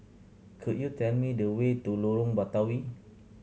could you tell me the way to Lorong Batawi